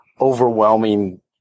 overwhelming